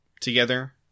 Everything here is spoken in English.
together